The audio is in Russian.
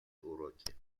уроки